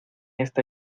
esta